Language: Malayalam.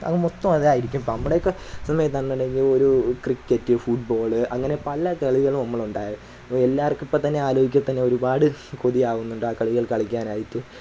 അത് മൊത്തമതായിരിക്കും ഇപ്പം നമ്മടെയൊക്കെ സമയത്താണെന്നുണ്ടെങ്കിൽ ഒരൂ ക്രിക്കറ്റ് ഫോട്ബോൾ അങ്ങനെ പല കളികളും നമ്മളുണ്ടാ എല്ലാവർക്കും ഇപ്പത്തന്നെ ആലോചിക്കത്തന്നെ ഒരുപാട് കൊതിയാകുന്നുണ്ട് ആ കളികൾ കളിക്കാനായിട്ട്